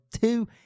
two